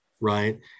right